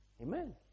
Amen